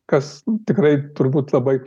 kas tikrai turbūt labai